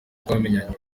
twamenyanye